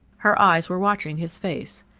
her eyes were watching his face.